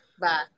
bye